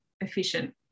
efficient